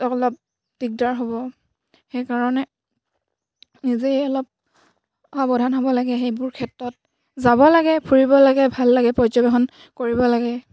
অলপ দিগদাৰ হ'ব সেইকাৰণে নিজেই অলপ সাৱধান হ'ব লাগে সেইবোৰ ক্ষেত্ৰত যাব লাগে ফুৰিব লাগে ভাল লাগে পৰ্যবেক্ষণ কৰিব লাগে